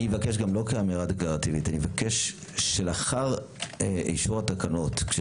אני מבקש לא כאמירה דקלרטיבית מבקש שלאחר אישור התקנות,